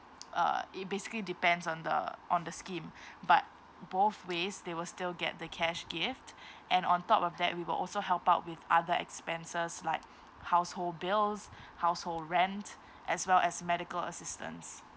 uh it basically depends on the on the scheme but both ways they will still get the cash gift and on top of that we will also help out with other expenses like household bills household rent as well as medical assistance